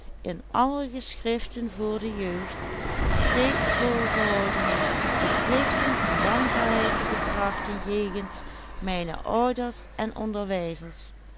alle geschriften voor de jeugd steeds voorgehouden de plichten van dankbaarheid te betrachten jegens mijne ouders en onderwijzers